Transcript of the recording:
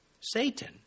Satan